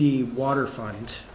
the waterfront